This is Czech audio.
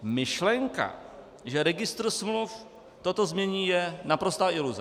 Myšlenka, že registr smluv toto změní, je naprostá iluze.